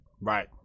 Right